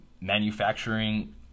manufacturing